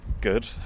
good